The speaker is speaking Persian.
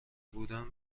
بودن